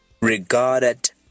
regarded